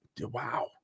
Wow